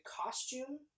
costume